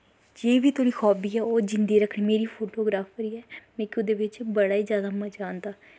जे बी थोआड़ी हाब्बी ऐ ओह् जींदे रक्खनी मेरी फोटोग्राफरी ऐ ठीक ऐ लेकिन ओह्दे बिच्च बड़ा ई जादा मज़ा आंदा